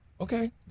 okay